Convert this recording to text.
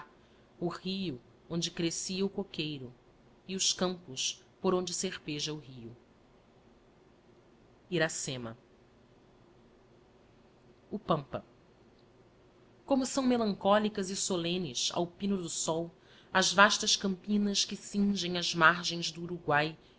o rio onde crescia o coqueiro e os campos por onde serpeja o rio iracema o pampa como são melancholicas e solemnes ao pino do sol as vastas campinas que cingem as margens do uruguay